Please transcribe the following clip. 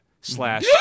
slash